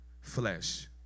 flesh